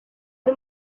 uri